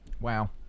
Wow